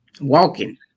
Walking